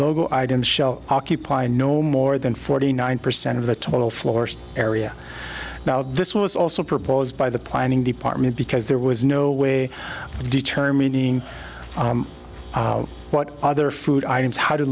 logo items shell occupy no more than forty nine percent of the total floor area now this was also proposed by the planning department because there was no way of determining what other food items how to